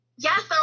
Yes